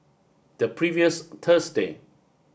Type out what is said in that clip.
the previous Thursday